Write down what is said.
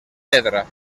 pedra